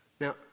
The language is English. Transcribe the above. Now